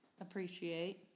appreciate